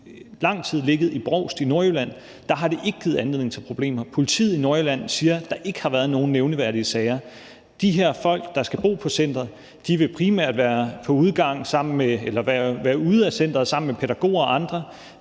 lang tid har ligget i Brovst i Nordjylland, og der har det ikke givet anledning til problemer. Politiet i Nordjylland siger, at der ikke har været nogen nævneværdige sager. De her folk, der skal bo på centeret, vil primært være ude af centeret sammen med pædagoger og andre.